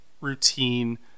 routine